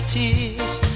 tears